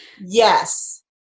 Yes